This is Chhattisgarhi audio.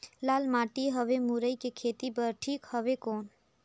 लाल माटी हवे मुरई के खेती बार ठीक हवे कौन?